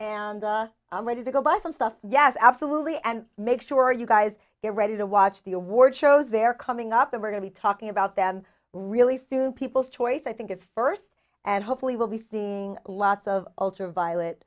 and i'm ready to go buy some stuff yes absolutely and make sure you guys get ready to watch the awards shows they're coming up that we're going to be talking about than really feeling people's choice i think it's first and hopefully we'll be seeing lots of ultraviolet